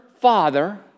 father